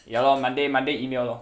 ya lor monday monday email lor